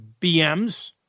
BMs